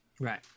Right